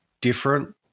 different